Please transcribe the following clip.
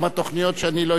אני שאלתי על זה רק